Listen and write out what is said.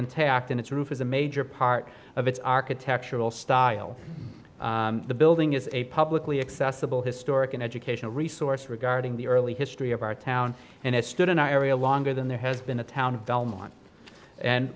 intact and its roof is a major part of its architectural style the building is a publicly accessible historic an educational resource regarding the early history of our town and has stood in our area longer than there has been a town of belmont and